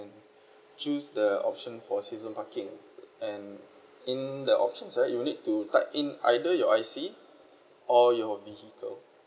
choose the option for season parking and in the options right you will need to type in either your I_C or your vehicle